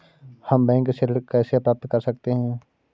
हम बैंक से ऋण कैसे प्राप्त कर सकते हैं?